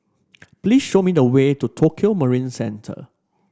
please show me the way to Tokio Marine Centre